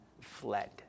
fled